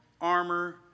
armor